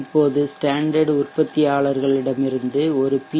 இப்போது ஸ்டேண்டர்ட் உற்பத்தியாளர்களிடமிருந்து ஒரு பி